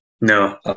no